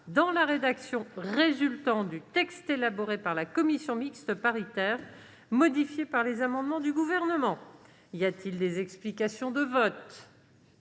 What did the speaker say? dans la rédaction résultant du texte élaboré par la commission mixte paritaire, modifié par les amendements du Gouvernement, l'ensemble du projet de loi.